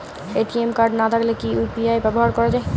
ATM card না থাকলে কি ইউ.পি.আই ব্যবহার করা য়ায়?